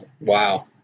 Wow